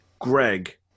Greg